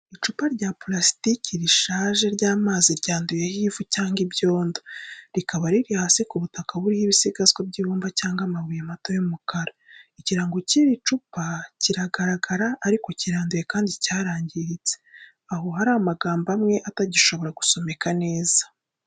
Icupa rya purasitiki rishaje ry’amazi ryanduyeho ivu cyangwa ibyondo, rikaba riri hasi ku butaka buriho ibisigazwa by’ibumba cyangwa amabuye mato y’umukara. Ikirango cy’iri cupa kiracyagaragara ariko kiranduye kandi cyarangiritse, aho hari amagambo amwe atagishobora gusomeka neza.